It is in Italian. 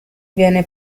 viene